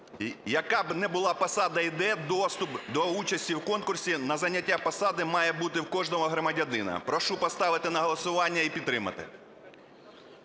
Яка б не була посада, доступ до участі в конкурсі на зайняття посади має бути в кожного громадянина. Прошу поставити на голосування і підтримати.